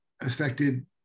affected